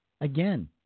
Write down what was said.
Again